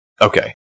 Okay